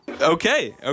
okay